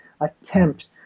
attempt